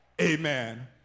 Amen